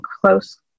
close